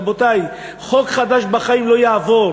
רבותי, חוק חדש בחיים לא יעבור.